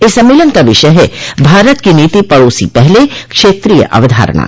इस सम्मेलन का विषय है भारत की नीति पड़ासी पहले क्षेत्रीय अवधारणा